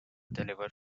delivered